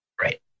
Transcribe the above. Right